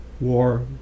war